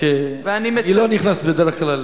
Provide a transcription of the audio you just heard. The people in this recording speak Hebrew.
ואני מצטט, אני מציע, בדרך כלל